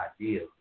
idea